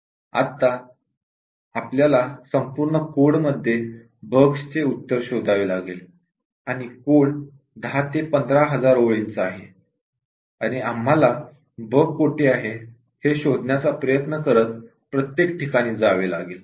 आता आपल्याला संपूर्ण कोड मध्ये बग्स चे उत्तर शोधावे लागेल आणि कोड १० ते ५० हजार ओळींचा आहे आणि आपल्याला बग कोठे आहे हे शोधण्याचा प्रयत्न करीत प्रत्येक ठिकाणी जावे लागेल